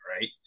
right